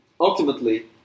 ultimately